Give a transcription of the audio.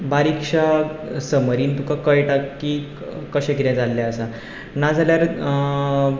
बारीकश्या समरींत तुका कळटा की कशें कितें जाल्लें आसा नाजाल्यार